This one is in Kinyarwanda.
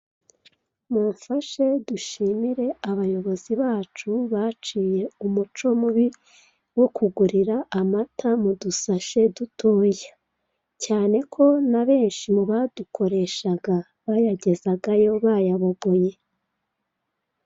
Mumfashe dushimire abayobozi bacu baciye umuco mubi wo kugurira amata mu dusashi dutoya, cyane ko n'abenshi mubadukoreshaga bayagezagayo bayabogoye.